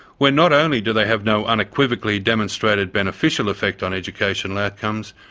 when not only do they have no unequivocally demonstrated beneficial effect on educational outcomes,